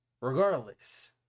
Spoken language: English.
Regardless